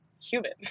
human